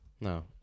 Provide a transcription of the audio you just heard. No